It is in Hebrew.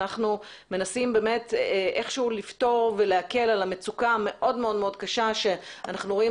אנחנו מנסים איכשהו לפתור ולהקל על המצוקה המאוד מאוד קשה שאנחנו רואים